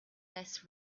less